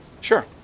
Sure